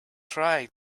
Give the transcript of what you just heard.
try